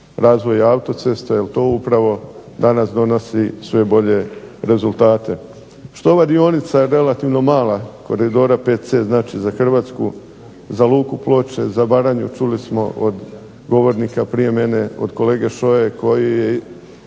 razvoja autocesta, jer to upravo danas donosi sve bolje rezultate. Što ova dionica relativno mala koridora VC znači za Hrvatsku, za luku Ploče, za Baranju čuli smo od govornika prije mene, od kolege Šoje koji je